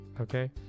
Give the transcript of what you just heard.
Okay